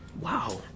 Wow